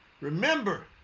Remember